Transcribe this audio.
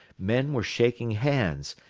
men were shaking hands,